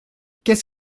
qu’est